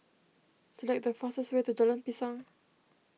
select the fastest way to Jalan Pisang